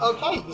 Okay